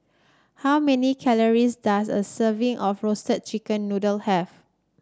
how many calories does a serving of Roasted Chicken Noodle have